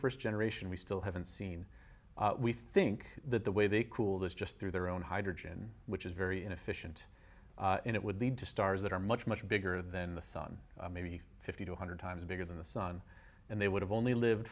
first generation we still haven't seen we think that the way they cooled is just through their own hydrogen which is very inefficient and it would lead to stars that are much much bigger than the sun maybe fifty two hundred times bigger than the sun and they would have only lived